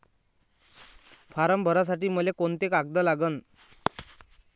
Form भरासाठी मले कोंते कागद लागन?